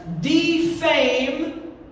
defame